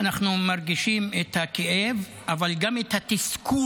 אנחנו מרגישים את הכאב, אבל גם את התסכול